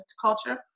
culture